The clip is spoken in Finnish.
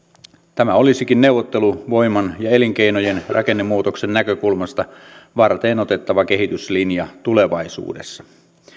tämä olisikin neuvotteluvoiman ja elinkeinojen rakennemuutoksen näkökulmasta varteenotettava kehityslinja tulevaisuudessa